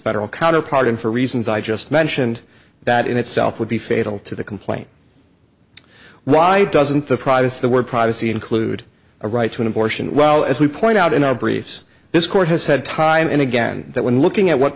federal counterpart and for reasons i just mentioned that in itself would be fatal to the complaint why doesn't the privacy of the word privacy include a right to an abortion well as we point out in our briefs this court has said time and again that when looking at what